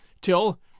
till